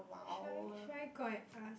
should I should I go out and ask